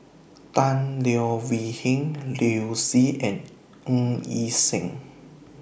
Tan Leo Wee Hin Liu Si and Ng Yi Sheng